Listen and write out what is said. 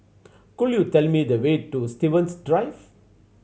could you tell me the way to Stevens Drive